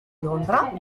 londra